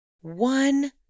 One